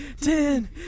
ten